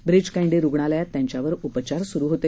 ब्रीच कँडी रुग्णालयात त्यांच्यावर उपचार सुरु होते